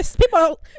people